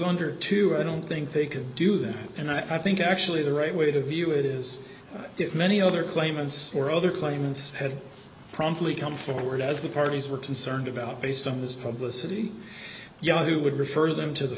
under two i don't think they could do that and i think actually the right way to view it is if many other claimants or other claimants had promptly come forward as the parties were concerned about based on this from the city yahoo would refer them to the